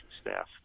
staff